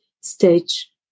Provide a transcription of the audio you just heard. stage